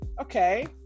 okay